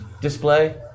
display